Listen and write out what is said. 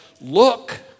look